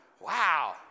Wow